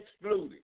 excluded